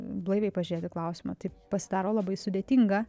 blaiviai pažiūrėt į klausimą tai pasidaro labai sudėtinga